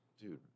dude